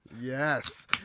Yes